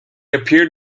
appeared